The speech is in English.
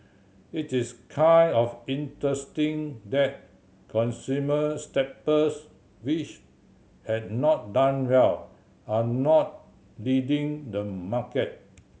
it is kind of interesting that consumer staples which had not done well are not leading the market